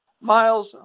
Miles